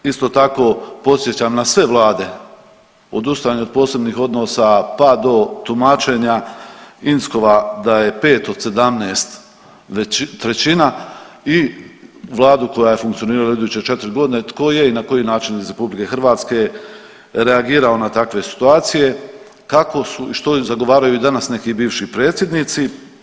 Isto tako, podsjećam na sve Vlade, ... posebnih odnosa pa do tumačenja Inzkova da je 5 od 17 već trećina i vladu koja je funkcionirala iduće 4 godine, tko je i na koji način iz RH reagirao na takve situacije, kako su i što zagovaraju i danas neki bivši predsjednici.